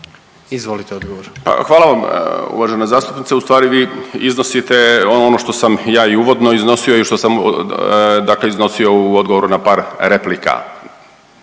Juro** Pa hvala vam uvažena zastupnice, ustvari vi iznosite ono što sam ja i uvodno iznosio i što sam dakle iznosio u odgovoru na par replika.